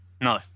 no